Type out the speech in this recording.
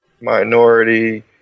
minority